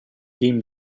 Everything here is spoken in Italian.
team